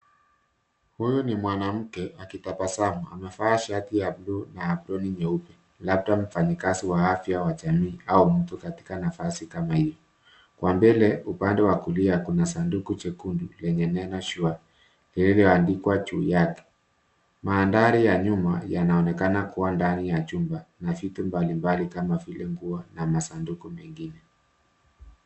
Huyu ni mwanamke akitabasamu. Amevaa shati ya buluu na aproni nyeupe, labda mfayikazi wa afya kwa jamii au mtu katika nafasi hio. Kwa mbele upande wa kulia kuna sanduku jekundu lenye neno sure lililoandikwa juu yake. Mandari ya nyuma yanaonekana kuwa ndani ya chumba na vitu mbalimbali kama vile nguo na masanduku mengine.